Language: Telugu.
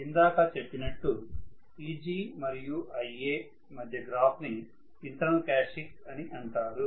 ఇందాక చెప్పినట్లు Eg మరియు Ia మధ్య గ్రాఫ్ ని ఇంటర్నల్ క్యారక్టర్య్స్టిక్స్ అని అంటారు